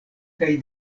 kaj